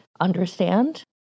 understand